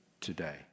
today